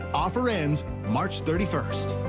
offer ends march thirty first.